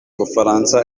bufaransa